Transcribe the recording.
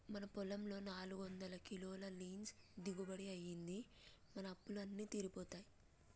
మన పొలంలో నాలుగొందల కిలోల లీన్స్ దిగుబడి అయ్యింది, మన అప్పులు అన్నీ తీరిపోతాయి